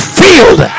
field